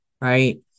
right